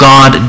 God